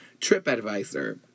TripAdvisor